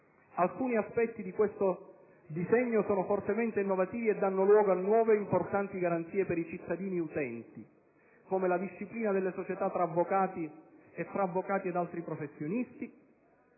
Alcuni aspetti di tale disegno sono fortemente innovativi e danno luogo a nuove importanti garanzie per i cittadini utenti, come la disciplina delle società tra avvocati, e tra avvocati ed altri professionisti;